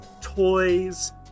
toys